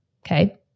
Okay